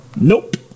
Nope